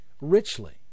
Richly